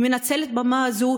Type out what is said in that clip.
ומנצלת במה זו,